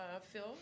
Phil